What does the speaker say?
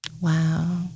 Wow